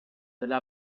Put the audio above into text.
della